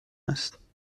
است